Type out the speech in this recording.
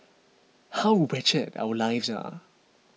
how wretched our lives are